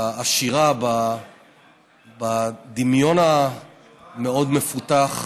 העשירה בדמיון המאוד-מפותח,